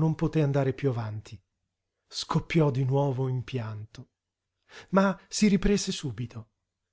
non poté andare piú avanti scoppiò di nuovo in pianto ma si riprese subito